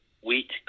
wheat